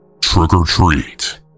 Trick-or-treat